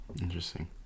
Interesting